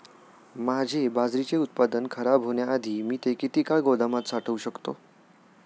माझे बाजरीचे उत्पादन खराब होण्याआधी मी ते किती काळ गोदामात साठवू शकतो?